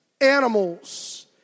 animals